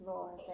Lord